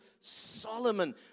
Solomon